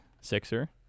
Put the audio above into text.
Sixer